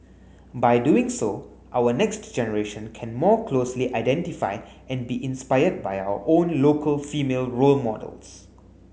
by doing so our next generation can more closely identify and be inspired by our own local female role models